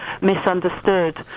misunderstood